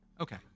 Okay